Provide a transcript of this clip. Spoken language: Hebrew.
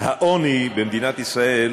הצבעתי במקומו של חבר הכנסת אלאלוף.